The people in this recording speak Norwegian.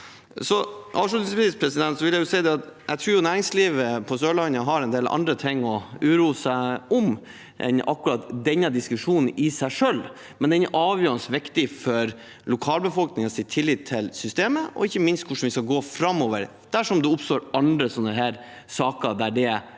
jeg tror næringslivet på Sørlandet har en del andre ting å uroe seg over enn akkurat denne diskusjonen i seg selv, men den er avgjørende viktig for lokalbefolkningens tillit til systemet og ikke minst hvordan vi skal gå fram dersom det oppstår andre slike saker der det vil